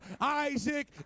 Isaac